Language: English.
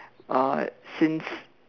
uh since